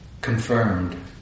confirmed